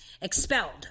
Expelled